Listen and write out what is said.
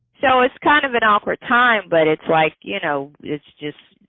so it's kind of an awkward time, but like you know it's just,